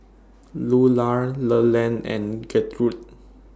Lular Leland and Gertrude